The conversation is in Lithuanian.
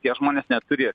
tie žmonės neturi